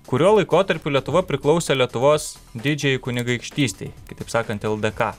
kuriuo laikotarpiu lietuva priklausė lietuvos didžiajai kunigaikštystei kitaip sakant ldk